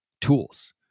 tools